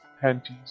panties